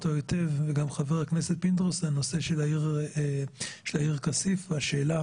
הוא הנושא של העיר כסיף והשאלה